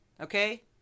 okay